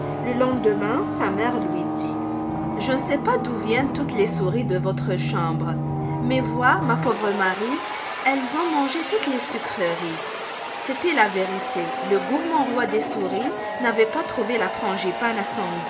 le lendemain sa mère lui dit je ne sais pas d'où viennent toutes les souris de votre chambre mais vois ma pauvre marie elles ont mangé toutes les sucreries c'était la vérité le gourmand roi des souris n'avait pas trouvé la frangipane